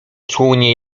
czółnie